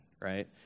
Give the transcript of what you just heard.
right